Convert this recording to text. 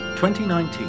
2019